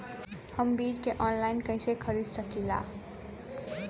हम बीज के आनलाइन कइसे खरीद सकीला?